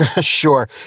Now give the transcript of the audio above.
Sure